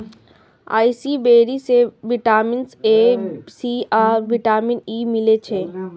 असाई berry सं vitamin A, C आ vitamin E मिलै छै